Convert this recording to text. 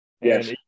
Yes